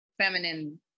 feminine